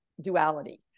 duality